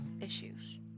issues